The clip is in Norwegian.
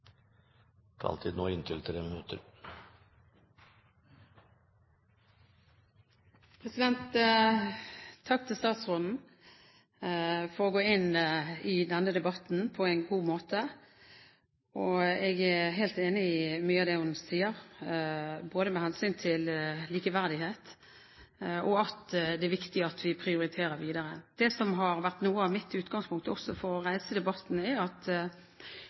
Takk til statsråden for å gå inn i denne debatten på en god måte. Jeg er helt enig i mye av det hun sier, både med hensyn til likeverdighet og at det er viktig at vi prioriterer videre. Det som har vært noe av mitt utgangspunkt også for å reise debatten, er at